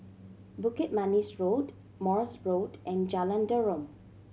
Bukit Manis Road Morse Road and Jalan Derum